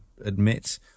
admit